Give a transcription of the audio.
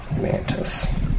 Mantis